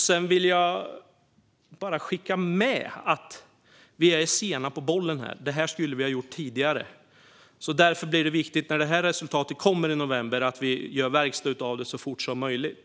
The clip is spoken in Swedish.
Sedan vill jag bara skicka med att vi är sena på bollen här. Detta skulle vi ha gjort tidigare. När resultatet kommer i november är det därför viktigt att vi gör verkstad av det så fort som möjligt.